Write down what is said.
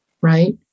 right